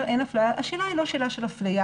שאין אפליה השאלה היא לא שאלה של אפליה.